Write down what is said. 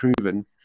proven